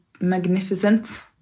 magnificent